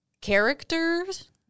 characters